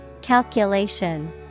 Calculation